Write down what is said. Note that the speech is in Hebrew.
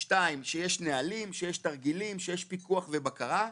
שתיים, שיש נהלים, שיש תרגילים, שיש פיקוח ובקרה.